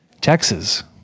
texas